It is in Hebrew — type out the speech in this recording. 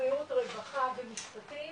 ורווחה ומשפטים